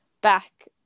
back